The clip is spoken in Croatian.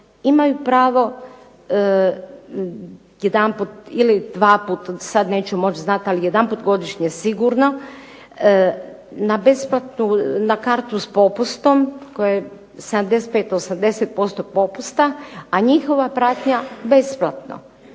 imaju pravo jedanput ili dvaput, sad neću moći znati, ali jedanput godišnje sigurno na kartu s popustom koja je 75, 80% popusta, a njihova pratnja besplatno.